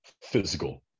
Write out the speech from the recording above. physical